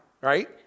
right